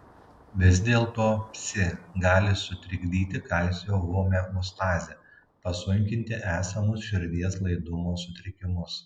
vis dėlto psi gali sutrikdyti kalcio homeostazę pasunkinti esamus širdies laidumo sutrikimus